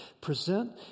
present